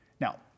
Now